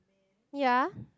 ya